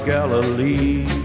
Galilee